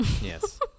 Yes